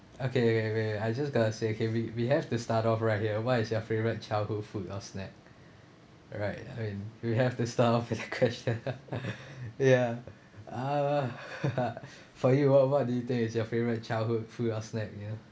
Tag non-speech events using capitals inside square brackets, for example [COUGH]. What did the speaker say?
okay okay okay I just got to say okay we we have to start off right here what is your favourite childhood food or snack alright we have to start off with the question [LAUGHS] ya uh [LAUGHS] for you what what do you think is your favourite childhood food or snack you know